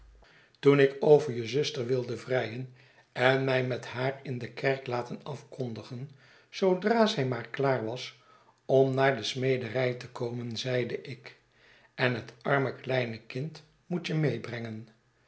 toen ik over je zuster wilde vrijen en mij met haar in de kerk laten afkondigen zoodra zij maar klaar was om naar de smederij te komen zeide ik en het arme kleine kind moet je meebrengen